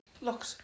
Look